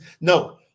No